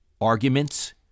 arguments